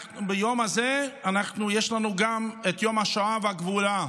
ביום הזה יש לנו גם את יום השואה והגבורה.